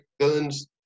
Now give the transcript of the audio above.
villains